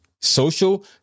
social